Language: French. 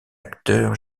acteur